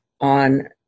on